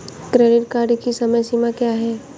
Credit card की समय सीमा क्या है?